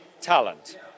talent